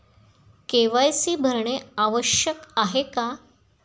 KYC भरणे आवश्यक आहे का?